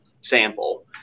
sample